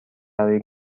برای